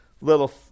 little